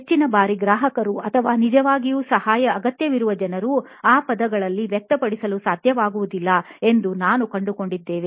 ಹೆಚ್ಚಿನ ಬಾರಿ ಗ್ರಾಹಕರು ಅಥವಾ ನಿಜವಾಗಿಯೂ ಸಹಾಯ ಅಗತ್ಯವಿರುವ ಜನರು ಆ ಪದಗಳಲ್ಲಿ ವ್ಯಕ್ತಪಡಿಸಲು ಸಾಧ್ಯವಾಗುವುದಿಲ್ಲ ಎಂದು ನಾವು ಕಂಡುಕೊಂಡಿದ್ದೇವೆ